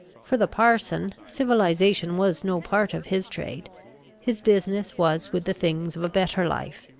for the parson, civilisation was no part of his trade his business was with the things of a better life,